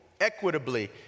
equitably